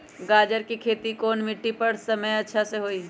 गाजर के खेती कौन मिट्टी पर समय अच्छा से होई?